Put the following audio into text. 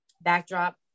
backdrop